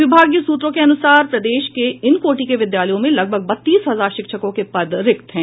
विभागीय सूत्रों के अनुसार प्रदेश के इन कोटि के विद्यालयों में लगभग बत्तीस हजार शिक्षकों के पद रिक्त है